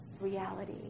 reality